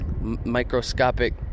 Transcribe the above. microscopic